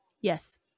Yes